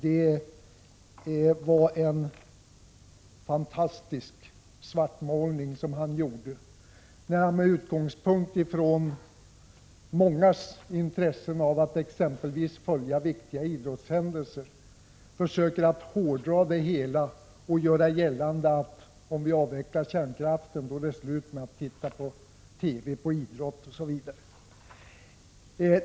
Det var en fantastisk svartmålning han gjorde, när han med utgångspunkt i mångas intresse av att exempelvis följa viktiga idrottshändelser försökte hårdra det hela och göra gällande att om vi avvecklar kärnkraften, är det slut med att titta på idrott i TV, osv.